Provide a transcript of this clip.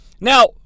Now